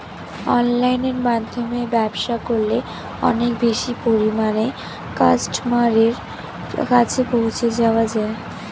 অনলাইনের মাধ্যমে ব্যবসা করলে অনেক বেশি পরিমাণে কাস্টমারের কাছে পৌঁছে যাওয়া যায়?